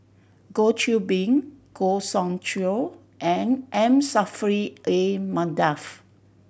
Goh Qiu Bin Goh Soon Tioe and M Saffri A Manaf